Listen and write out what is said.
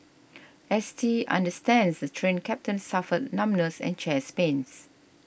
S T understands that the Train Captain suffered numbness and chest pains